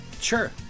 Sure